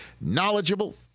knowledgeable